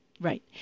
Right